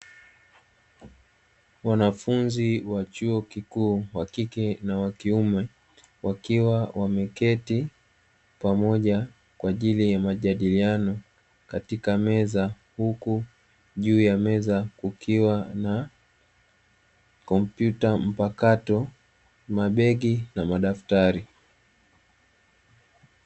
Wanafunzi wa chuo kikuu wa kike na wa kiume, wakiwa wameketi pamoja kwa ajili ya majadiliano katika meza, huku juu ya meza kukiwa na kompyuta mpakato, mabegi na madaftari.